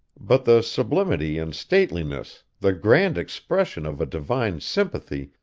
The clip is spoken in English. but the sublimity and stateliness, the grand expression of a divine sympathy,